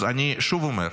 אני שוב אומר: